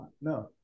No